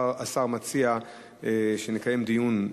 השר מציע שנקיים דיון,